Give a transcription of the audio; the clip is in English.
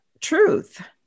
truth